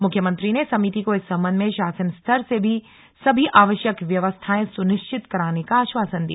मुख्यमंत्री ने समिति को इस सम्बन्ध में शासन स्तर से सभी आवश्यक व्यवस्थाएं सुनिश्चित कराने का आश्वासन दिया